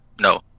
No